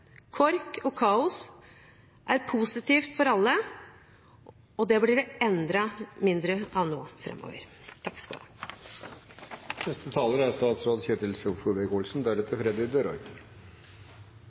kork og kaos er positivt for alle, og det blir det enda mindre av nå